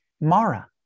Mara